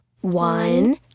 one